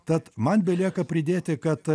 tad man belieka pridėti kad